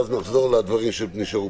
(11)